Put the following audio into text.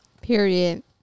Period